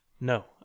No